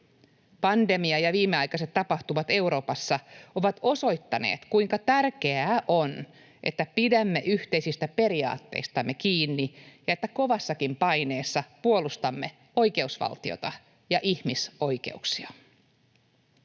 Pandemia ja viimeaikaiset tapahtumat Euroopassa ovat osoittaneet, kuinka tärkeää on, että pidämme yhteisistä periaatteistamme kiinni ja että kovassakin paineessa puolustamme oikeusvaltiota ja ihmisoikeuksia.